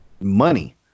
money